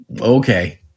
okay